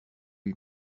lui